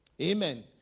Amen